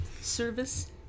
service